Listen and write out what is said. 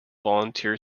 volunteer